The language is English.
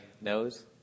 knows